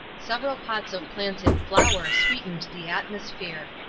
several pots of plants in flower sweetened the atmosphere.